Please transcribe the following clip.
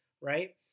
right